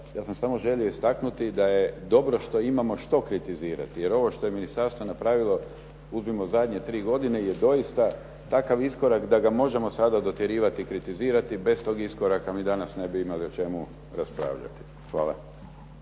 Ja sam samo želio istaknuti da je dobro da imamo što kritizirati. Jer ovo što je ministarstvo napravilo, uzmimo zadnje tri godine, je doista takav iskorak da ga možemo sada dotjerivati, kritizirati, bez toga iskoraka mi danas ne bi imali o čemu raspravljati. Hvala.